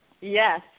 Yes